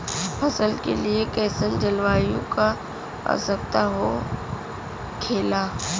फसल के लिए कईसन जलवायु का आवश्यकता हो खेला?